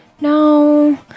No